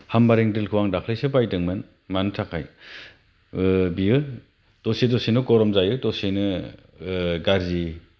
हामारिं ड्रिलखौ आं दाख्लैसो बायदोंमोन मानि थाखाय बियो दसे दसेनो गरम जायो दसेनो गाज्रि